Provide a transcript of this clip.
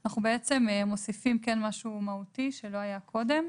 אנחנו כן מוסיפים משהו מהותי שלא היה קודם.